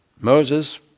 Moses